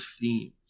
Themes